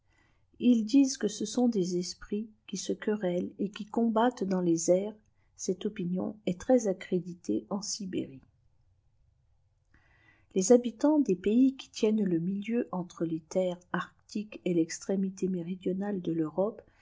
ils disent que ce sont des esprits qui se querellent et qui combtttcmtéiiis les airs cette opinion est très accréditée en sibérie les habitants des pays qui tiennent le milieu entre tes terres arctiques et textrémité méridionale de l'europe